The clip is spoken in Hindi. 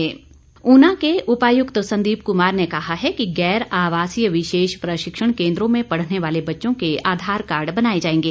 आधार कार्ड ऊना के उपायुक्त संदीप कुमार ने कहा है कि गैर आवासीय विशेष प्रशिक्षण केंद्रों में पढ़ने वाले बच्चों के आधार कार्ड बनाए जाएंगे